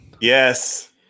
Yes